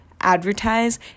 advertise